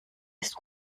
ist